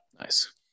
Nice